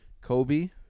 Kobe